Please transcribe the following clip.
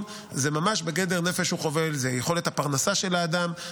זה ממש בגדר "נפש הוא חובל"; זה יכולת הפרנסה של האדם,